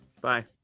Bye